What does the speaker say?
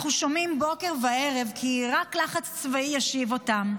אנחנו שומעים בוקר וערב כי רק לחץ צבאי ישיב אותם,